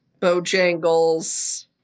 Bojangles